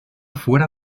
fuera